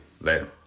later